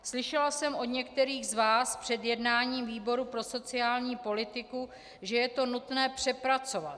Slyšela jsem od některých z vás před jednáním výboru pro sociální politiku, že je to nutné přepracovat.